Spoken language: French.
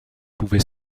pouvait